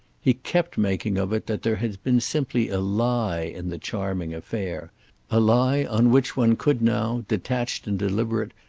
he kept making of it that there had been simply a lie in the charming affair a lie on which one could now, detached and deliberate,